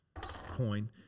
coin